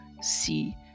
see